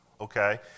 okay